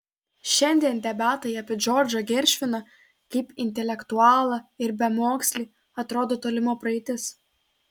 šiandien debatai apie džordžą geršviną kaip intelektualą ir bemokslį atrodo tolima praeitis